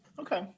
Okay